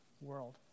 world